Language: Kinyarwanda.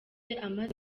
amaze